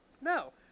No